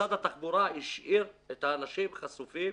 משרד התחבורה השאיר את האנשים חשופים,